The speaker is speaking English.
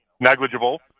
negligible